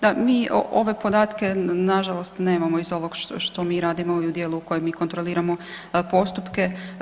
Da, mi ove podatke nažalost nemamo, iz ovog što mi radimo, u dijelu koje mi kontroliramo postupke.